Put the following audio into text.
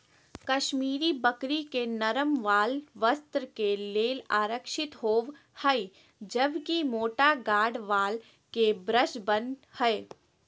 कश्मीरी बकरी के नरम वाल वस्त्र के लेल आरक्षित होव हई, जबकि मोटा गार्ड वाल के ब्रश बन हय